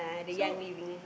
so